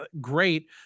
great